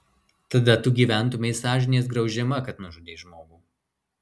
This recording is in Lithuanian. tada tu gyventumei sąžinės graužiama kad nužudei žmogų